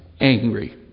angry